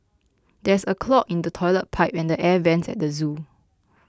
there is a clog in the Toilet Pipe and the Air Vents at the zoo